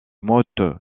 motte